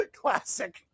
Classic